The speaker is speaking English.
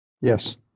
Yes